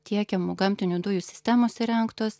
tiekiamų gamtinių dujų sistemos įrengtos